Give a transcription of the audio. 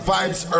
Vibes